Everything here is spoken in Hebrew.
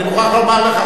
אני מוכרח לומר לך,